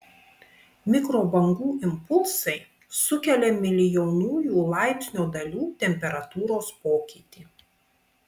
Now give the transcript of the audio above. mikrobangų impulsai sukelia milijonųjų laipsnio dalių temperatūros pokytį